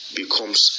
becomes